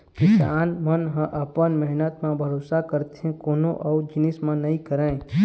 किसान मन ह अपन मेहनत म भरोसा करथे कोनो अउ जिनिस म नइ करय